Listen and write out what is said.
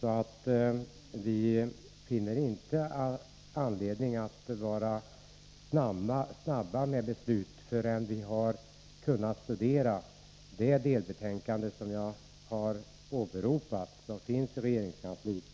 Därför finner vi inte anledning att vara snabba med beslut förrän vi har kunnat studera det delbetänkande som jag åberopat och som finns i regeringskansliet.